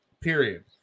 period